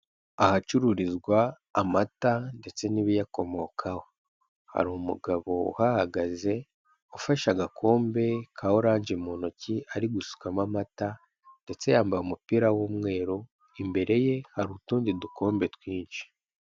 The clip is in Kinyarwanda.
Ahacururizwa amata ndetse n'ibiyakomokaho, hari umugabo uhahagaze, ufashe agakombe ka oranje mu ntoki ari gusukamo amata ndetse yambaye umupira w'umweru, imbere ye hari utundi dukombe twinshi.